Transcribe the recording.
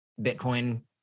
Bitcoin